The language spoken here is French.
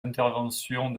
interventions